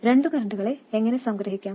രണ്ട് കറൻറുകളെ എങ്ങനെ സംഗ്രഹിക്കാം